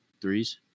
threes